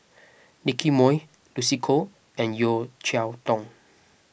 Nicky Moey Lucy Koh and Yeo Cheow Tong